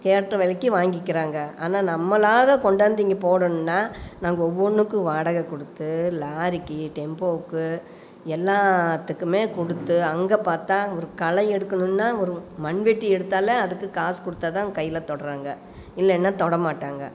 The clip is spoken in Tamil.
கேட்ட விலைக்கி வாங்கிக்கிறாங்க ஆனால் நம்மளாக கொண்டாந்து இங்கே போடணும்னா நாங்கள் ஒவ்வொன்றுக்கும் வாடகை கொடுத்து லாரிக்கு டெம்போவுக்கும் எல்லாதுக்குமே கொடுத்து அங்கே பார்த்தா ஒரு களை எடுக்கணும்னா ஒரு மண்வெட்டி எடுத்தாலே அதுக்கு காசு கொடுத்தாதான் கையில் தொடுறாங்க இல்லைனா தொட மாட்டாங்க